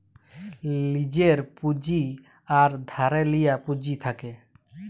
লীজের পুঁজি আর ধারে লিয়া পুঁজি থ্যাকে